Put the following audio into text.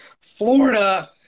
Florida